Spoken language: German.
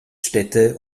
städte